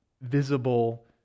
visible